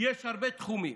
יש הרבה תחומים,